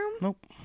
Nope